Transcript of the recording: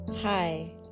Hi